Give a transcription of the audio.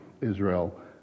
Israel